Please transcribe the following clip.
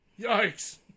Yikes